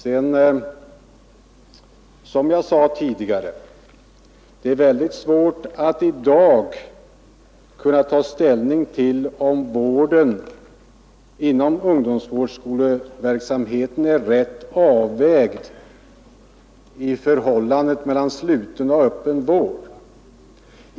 Det är som jag tidigare sade svårt att i dag ta ställning till om vården inom ungdomsvårdskolverksamheten är rätt avvägd i förhållandet mellan sluten och öppen vård.